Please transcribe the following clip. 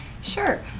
Sure